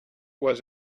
was